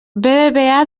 bbva